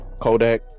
kodak